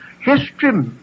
History